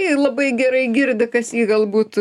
jie ir labai gerai girdi kas jį galbūt